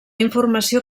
informació